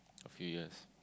a few years